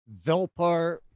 Velpar